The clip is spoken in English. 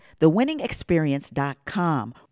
thewinningexperience.com